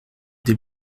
des